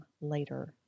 later